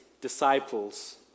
disciples